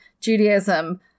Judaism